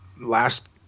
last